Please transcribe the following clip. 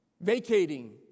vacating